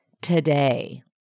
today